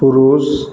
पुरुष